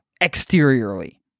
exteriorly